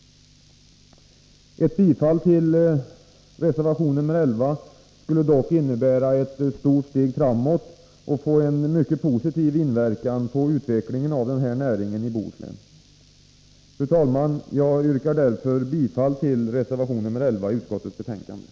Ett bifall till reservation nr 11 skulle dock innebära ett stort steg framåt och få en mycket positiv inverkan på utvecklingen av den här näringen i Bohuslän. Fru talman! Jag yrkar med hänvisning till det anförda bifall till reservation nr 11.